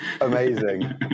Amazing